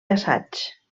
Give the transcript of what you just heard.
assaig